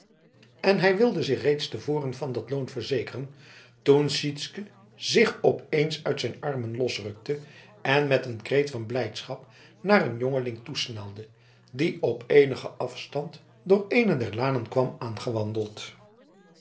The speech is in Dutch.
en hij wilde zich reeds te voren van dat loon verzekeren toen sytsken zich op eens uit zijn armen losrukte en met een kreet van blijdschap naar een jongeling toesnelde die op eenigen afstand door eene der lanen kwam aangewandeld